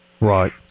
Right